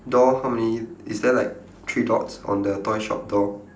door how many is there like three dots on the toy shop door